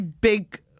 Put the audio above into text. big